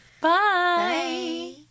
Bye